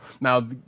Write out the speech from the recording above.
Now